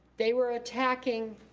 they were attacking,